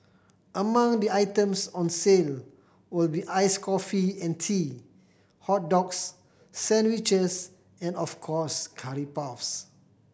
among the items on sale will be iced coffee and tea hot dogs sandwiches and of course curry puffs